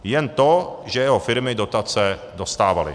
Jen to, že jeho firmy dotace dostávaly.